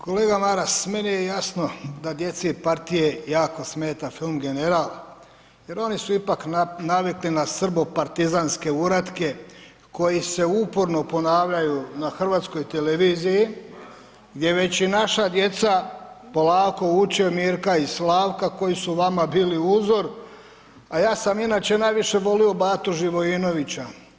Kolega Maras, meni je jasno da djeci partije jako smeta film „General“ jer oni su ipak navikli na srbopartizanske uratke koji se uporno ponavljaju na HTV gdje već i naša djeca polako uče Mirka i Slavka koji su vama bili uzor, a ja sam inače najviše volio Batu Živoinovića.